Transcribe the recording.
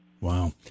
wow